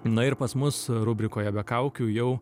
na ir pas mus rubrikoje be kaukių jau